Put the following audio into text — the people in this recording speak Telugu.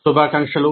శుభాకాంక్షలు